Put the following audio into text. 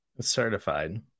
Certified